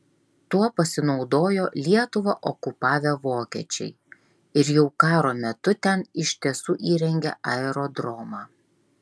tuo pasinaudojo lietuvą okupavę vokiečiai ir jau karo metu ten iš tiesų įrengė aerodromą